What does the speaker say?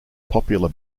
popular